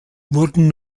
wurden